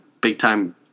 big-time